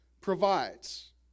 provides